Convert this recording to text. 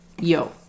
Yo